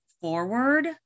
forward